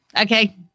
Okay